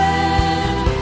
and